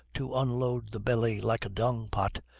to unload the belly like a dung-pot,